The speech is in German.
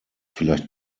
vielleicht